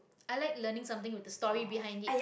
i like learning something with a story behind it